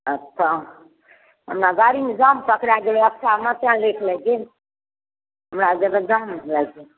अच्छा हमरा गाड़ीमे जाम पकड़ा गेलै अच्छा तैँ लेट लागि गेल हमरा जाम लागि गेल